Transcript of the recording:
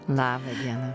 laba diena